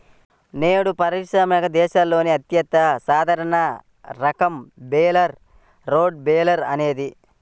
నేడు పారిశ్రామిక దేశాలలో అత్యంత సాధారణ రకం బేలర్ రౌండ్ బేలర్ అనేది